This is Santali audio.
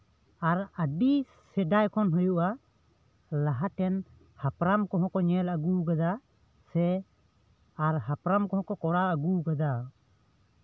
ᱟᱨ ᱟᱹᱰᱤ ᱥᱮᱫᱟᱭ ᱠᱷᱚᱱ ᱦᱩᱭᱩᱜᱼᱟ ᱞᱟᱦᱟᱛᱮᱱ ᱦᱟᱯᱲᱟᱢ ᱠᱚᱦᱚᱸ ᱠᱚ ᱧᱮᱞ ᱟᱜᱩ ᱠᱟᱫᱟ ᱥᱮ ᱟᱨ ᱦᱟᱯᱲᱟᱢ ᱠᱚᱦᱚᱸ ᱠᱚ ᱠᱚᱨᱟᱣ ᱟᱜᱩ ᱠᱟᱫᱟ